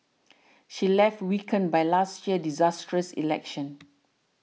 she was left weakened by last year's disastrous election